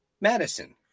Madison